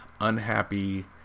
unhappy